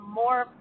more